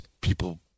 people